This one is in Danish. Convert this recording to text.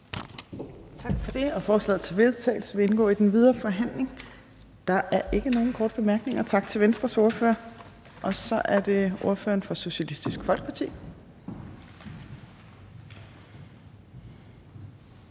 Tak for det. Forslaget til vedtagelse vil indgå i den videre forhandling. Der er ikke nogen korte bemærkninger. Tak til Venstres ordfører. Og så er det ordføreren for Socialistisk Folkeparti.